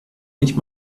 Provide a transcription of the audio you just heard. nicht